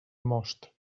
most